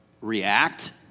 react